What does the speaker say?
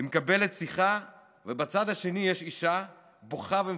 היא מקבלת שיחה, ובצד השני יש אישה בוכה ומפוחדת,